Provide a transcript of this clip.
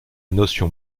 notion